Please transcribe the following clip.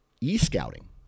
e-scouting